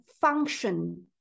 function